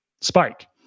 spike